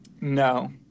no